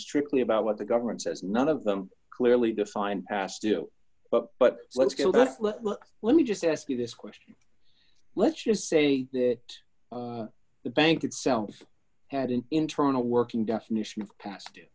strictly about what the government says none of them clearly define pass do but let's get let's let let me just ask you this question let's just say that the bank itself had an internal working definition of past